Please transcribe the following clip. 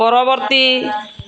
ପରବର୍ତ୍ତୀ